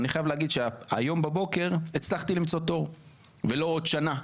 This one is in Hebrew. אני חייב להגיד שהיום בבוקר הצלחתי למצוא תור ולא עוד שנה.